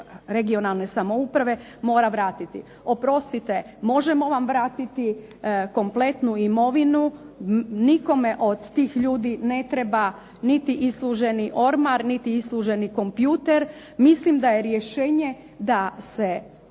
regionalne samouprave mora vratiti oprostite možemo vam vratiti kompletnu imovinu, nikome od tih ljudi ne treba niti isluženi ormar, niti isluženi kompjuter, mislim da je rješenje da se